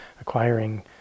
acquiring